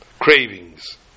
cravings